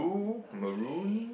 okay